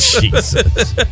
Jesus